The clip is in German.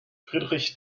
friedrich